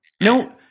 No